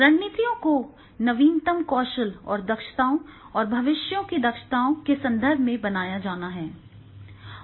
रणनीतियों को नवीनतम कौशल और दक्षताओं और भविष्य की दक्षताओं के संदर्भ में बनाया जाना है